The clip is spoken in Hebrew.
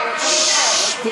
אבל, ששש.